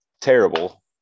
terrible